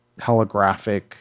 holographic